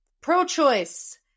pro-choice